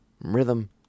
rhythm